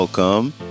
Welcome